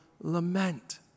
lament